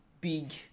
big